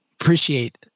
appreciate